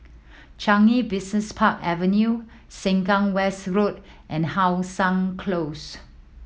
Changi Business Park Avenue Sengkang West Road and How Sun Close